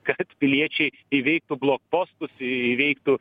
kad piliečiai įveiktų blokpostus įveiktų